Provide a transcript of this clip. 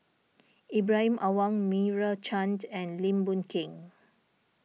Ibrahim Awang Meira Chand and Lim Boon Keng